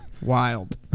wild